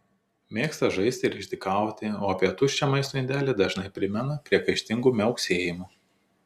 mėgsta žaisti ir išdykauti o apie tuščią maisto indelį dažnai primena priekaištingu miauksėjimu